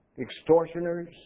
extortioners